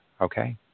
Okay